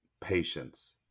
patience